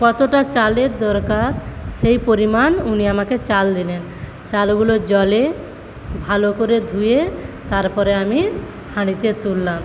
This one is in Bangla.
কতটা চালের দরকার সেই পরিমাণ উনি আমাকে চাল দিলেন চালগুলো জলে ভালো করে ধুয়ে তারপরে আমি হাঁড়িতে তুললাম